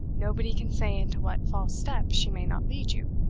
nobody can say into what false step she may not lead you,